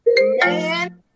man